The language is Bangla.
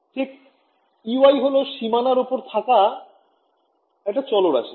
ঠিক Ey হল সীমানার ওপর থাকা একটা চলরাশি